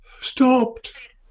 stopped